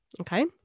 okay